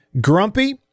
Grumpy